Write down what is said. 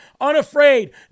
unafraid